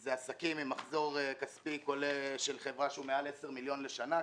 אלה עסקים עם מחזור כספי של חברה שהוא מעל ל-10 מיליון שקלים בשנה.